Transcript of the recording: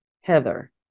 Heather